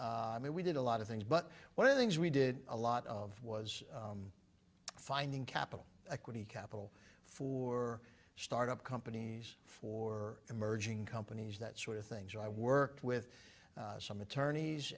i mean we did a lot of things but one of the things we did a lot of was finding capital equity capital for start up companies for emerging companies that sort of things i worked with some attorneys